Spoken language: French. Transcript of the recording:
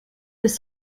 des